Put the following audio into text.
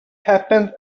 happen